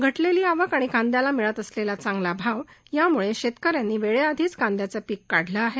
घटलेली आवक आणि कांदयाला मिळत असलेला चांगला भाव यामुळे शेतक यांनी वेळेआधीच कांदयाचं पीक काढलं आहे